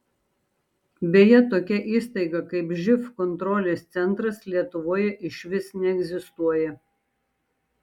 beje tokia įstaiga kaip živ kontrolės centras lietuvoje išvis neegzistuoja